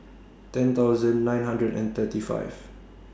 ten thousand nine hundred and thirty five